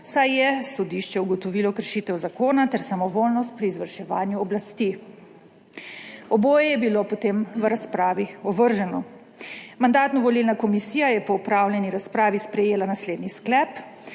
saj je sodišče ugotovilo kršitev zakona ter samovoljnost pri izvrševanju oblasti. Oboje je bilo potem v razpravi ovrženo. Mandatno-volilna komisija je po opravljeni razpravi sprejela naslednji sklep: